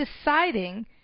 deciding